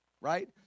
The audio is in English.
Right